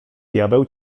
diabeł